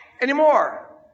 anymore